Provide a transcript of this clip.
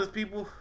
people